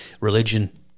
religion